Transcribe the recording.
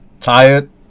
Tired